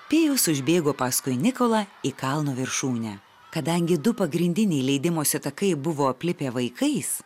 pijus užbėgo paskui nikolą į kalno viršūnę kadangi du pagrindiniai leidimosi takai buvo aplipę vaikais